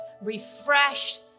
refreshed